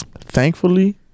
thankfully